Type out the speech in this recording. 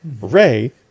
Ray